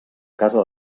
casa